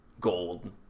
gold